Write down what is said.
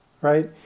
right